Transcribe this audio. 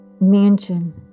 mansion